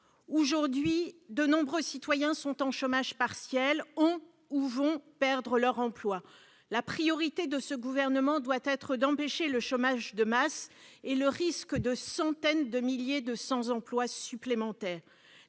Aujourd'hui, de nombreux citoyens sont au chômage partiel, ont ou vont perdre leur emploi. La priorité de ce gouvernement doit être d'empêcher le chômage de masse et le risque de centaines de milliers de sans-emploi supplémentaires.